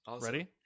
Ready